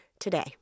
today